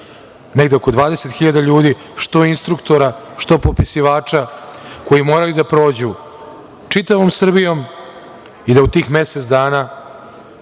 negde oko 20.000 ljudi, što instruktora, što popisivača, koji moraju da prođu čitavom Srbijom i da u tih mesec dana